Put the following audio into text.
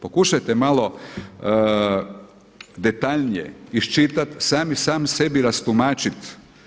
Pokušajte malo detaljnije iščitati, sami sebi rastumačit.